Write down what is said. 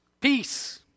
Peace